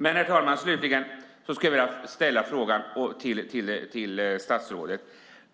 Avslutningsvis skulle jag, herr talman, vilja fråga statsrådet